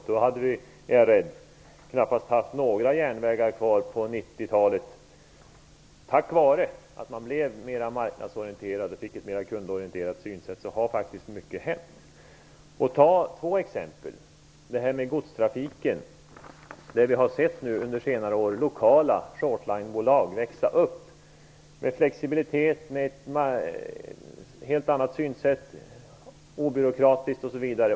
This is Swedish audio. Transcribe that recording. Då är jag rädd att vi knappast haft några järnvägar kvar på Tack vare att SJ blev mer marknadsorienterat och fick ett mer kundorienterat synsätt har faktiskt mycket hänt. Jag kan ta två exempel. När det gäller godstrafiken har vi under senare år sett lokala short-line-bolag växa upp med en flexibilitet och ett helt annat synsätt, obyråkratiskt, osv.